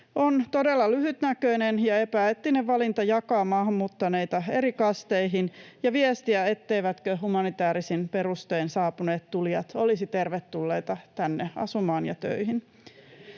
On todella lyhytnäköinen ja epäeettinen valinta jakaa maahanmuuttaneita eri kasteihin ja viestiä, etteivät humanitäärisin perustein saapuneet tulijat olisi tervetulleita tänne asumaan ja töihin.